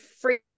free